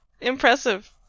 impressive